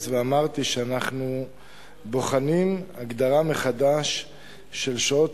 ואמרתי שאנחנו בוחנים הגדרה מחדש של שעות